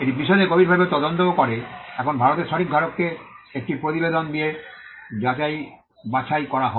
এটি বিশদে গভীরভাবে তদন্তও করে এখন ভারতের সঠিক ধারককে একটি প্রতিবেদন দিয়ে যাচাই বাছাই করা হয়